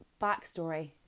backstory